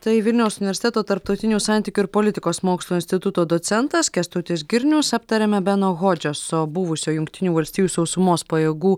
tai vilniaus universiteto tarptautinių santykių ir politikos mokslų instituto docentas kęstutis girnius aptariame beno hodžeso buvusio jungtinių valstijų sausumos pajėgų